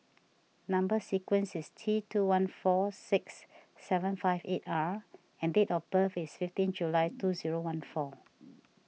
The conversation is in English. Number Sequence is T two one four six seven five eight R and date of birth is fifteen July two zero one four